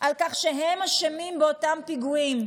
על כך שהם אשמים באותם פיגועים,